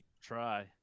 try